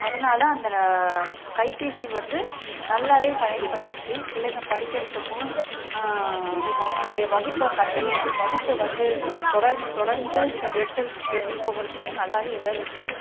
அதனால அந்த கைபேசி வந்து நல்லாவே பயன்பட்டுச்சு பிள்ளைங்கள் படிக்கிறதுக்கும் அவங்களுடைய வகுப்பை கன்டினியூவ் வகுப்பை வந்து தொடர் தொடர்ந்து செல் எடுத்து எடுத்துட்டு போகறதுக்கும் நல்லாவே உதவுச்சு